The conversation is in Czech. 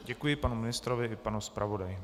Děkuji panu ministrovi i panu zpravodaji.